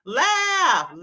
laugh